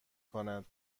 کند